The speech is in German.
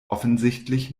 offensichtlich